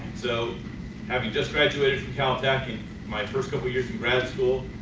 so having just graduated from caltech and my first couple years in graduate school.